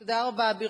תודה רבה.